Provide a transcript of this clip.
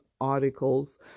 articles